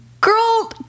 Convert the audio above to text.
Girl